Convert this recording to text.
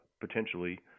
potentially